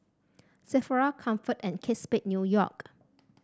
Sephora Comfort and Kate Spade New York